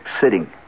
sitting